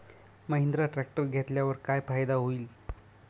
Mahindra tractor घेतल्यावर काय फायदा होईल?